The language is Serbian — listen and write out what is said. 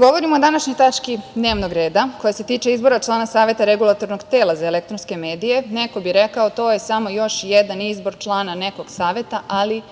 govorimo o današnjoj tački dnevnog reda koja se tiče izbora člana Saveta Regulatornog tela za elektronske medije, neko bi rekao - to je samo još jedan izbor člana nekog saveta, ali